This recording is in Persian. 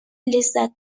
لذت